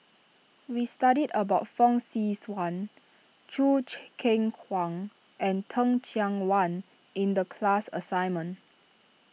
we studied about Fong Swee Suan Choo Keng Kwang and Teh Cheang Wan in the class assignment